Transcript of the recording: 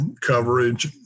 coverage